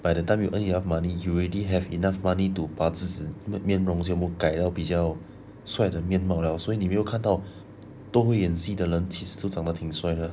by the time you earn enough money you already have enough money to 把自己面容全部改到比较帅的面貌 liao 所以你没有看到都会演戏的人其实都长得挺帅的